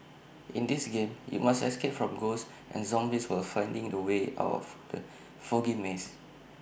in this game you must escape from ghosts and zombies while finding the way out of the foggy maze